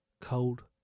Cold